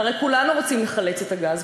הרי כולנו רוצים לחלץ את הגז.